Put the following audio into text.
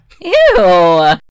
Ew